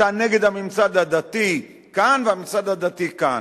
אתה נגד הממסד הדתי כאן והממסד הדתי כאן.